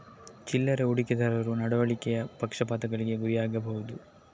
ಚಿಲ್ಲರೆ ಹೂಡಿಕೆದಾರರು ನಡವಳಿಕೆಯ ಪಕ್ಷಪಾತಗಳಿಗೆ ಗುರಿಯಾಗಬಹುದು